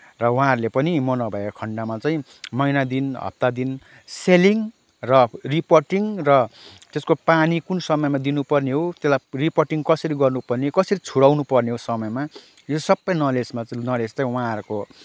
र उहाँहरूले पनि म नभएको खन्डमा चाहिँ महिना दिन हप्ता दिन सेलिङ र रिपोर्टिङ र त्यसको पानी कुन समयमा दिनपर्ने हो त्यसलाई रिपोर्टिङ कसरी गर्नुपर्ने हो कसरी छोडाउनुपर्ने हो समयमा यो सबै नलेजमा नलेज चाहिँ उहाँहरूको